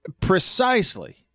precisely –